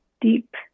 deep